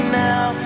now